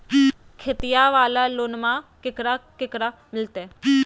खेतिया वाला लोनमा केकरा केकरा मिलते?